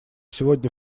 сегодня